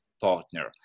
partner